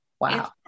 Wow